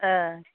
औ